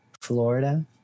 Florida